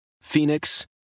Phoenix